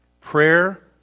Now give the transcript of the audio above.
Prayer